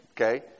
okay